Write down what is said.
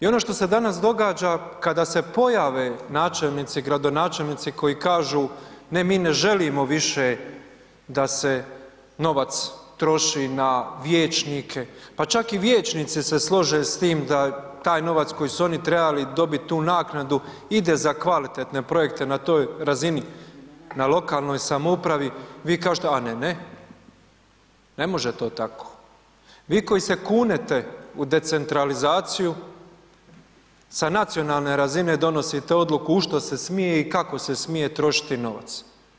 I ono što se danas događa kada se pojave načelnici, gradonačelnici koji kažu, ne mi ne želimo više da se novac troši na vijećnike, pa čak i vijećnici se slože s tim da taj novac koji su oni trebali dobiti tu naknadu ide za kvalitetne projekte na toj razini na lokalnoj samoupravi, vi kažete a ne ne, vi koji se kunete u decentralizaciju sa nacionalne razine donosite odluku u što se smije i kako se smije trošiti novac.